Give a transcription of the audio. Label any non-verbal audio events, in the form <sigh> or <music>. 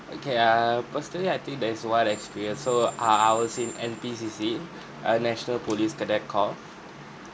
okay uh personally I think there is one experience so I I was in N_P_C_C <breath> uh national police cadet corps